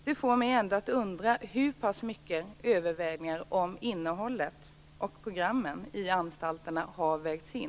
Det får mig att undra hur mycket innehållet och programmen på anstalterna har vägts in?